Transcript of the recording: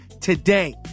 today